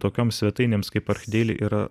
tokioms svetainėms kaip archdeili yra